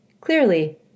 Clearly